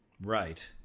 Right